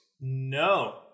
No